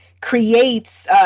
creates